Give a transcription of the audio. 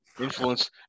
influence